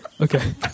Okay